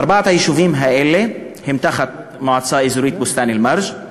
ארבעת היישובים האלה שייכים למועצה האזורית בוסתאן-אלמרג'.